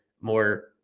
more